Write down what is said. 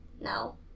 No